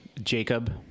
Jacob